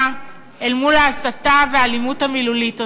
אל מול ההסתה והאלימות המילולית הזאת.